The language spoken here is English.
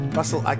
Russell